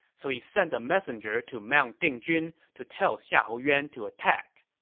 so he sent a messenger to mount dingjun to tell xiahou yuan to attack.